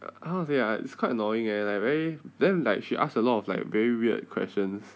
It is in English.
how to say ah it's quite annoying eh like very then like she asked a lot of like very weird questions